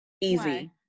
easy